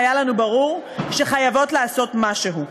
היה לנו ברור שאנחנו חייבות לעשות משהו.